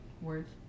Words